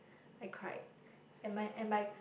I cried and my and my